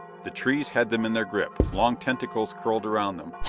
the trees had them in their grip, long tentacles curled around them,